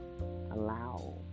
allow